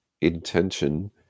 intention